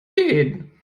gehen